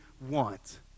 want